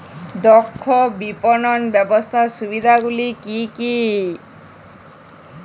দক্ষ বিপণন ব্যবস্থার সুবিধাগুলি কি কি?